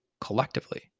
collectively